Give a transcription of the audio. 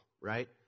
right